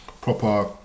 proper